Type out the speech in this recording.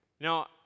Now